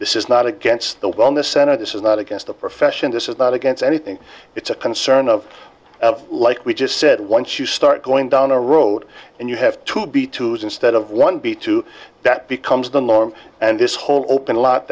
this is not against the wellness center this is not against the profession this is not against anything it's a concern of like we just said once you start going down a road and you have to be twos instead of one b two that becomes the norm and this whole open